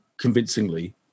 convincingly